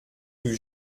rue